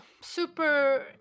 super